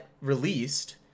released